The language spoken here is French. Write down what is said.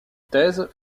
thèse